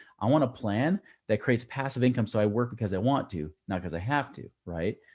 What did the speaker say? i want a plan that creates passive income. so i work because i want to, not because i have to. right?